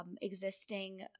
existing